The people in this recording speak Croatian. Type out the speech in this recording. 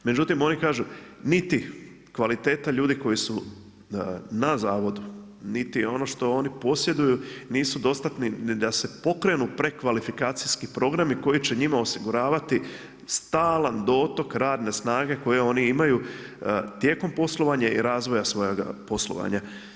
Međutim oni kažu niti kvaliteta ljudi koji su na zavodu, niti ono što oni posjeduju nisu dostatni ni da se pokrenu prekvalifikacijski programi koji će njima osiguravati stalan dotok radne snage koju oni imaju tijekom poslovanja i razvoja svojega poslovanja.